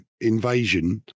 invasion